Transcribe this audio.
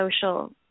Social